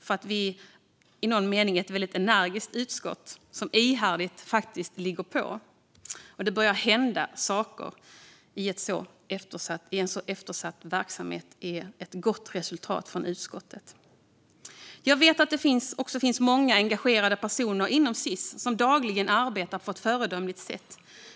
Vi är i någon mening ett väldigt energiskt utskott som ihärdigt ligger på, och att det börjar hända saker i en så eftersatt verksamhet är ett gott resultat av utskottets arbete. Jag vet att det finns många engagerade personer inom Sis som dagligen arbetar på ett föredömligt sätt.